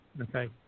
Okay